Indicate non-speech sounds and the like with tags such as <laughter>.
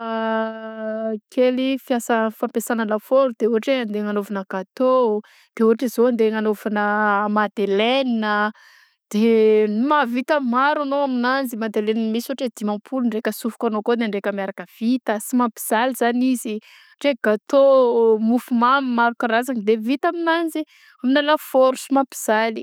Ah <hesitation> kely fiasa- fampiasana lafoagnaro de ôtrany hoe andeha agnanaovana gatô de ôhatra zao andeha agnanaovana madelena <hesitation> de mavita maro anao amignanjy madelena misy ôhatra hoe dimampolo ndraika asofoka anao akao na ndraika miaraka vita sy mampijaly zany izy ôtra hoe gatô mofo mamy maro karazany de vita aminanjy aminà lafoagnaro sy mampijaly.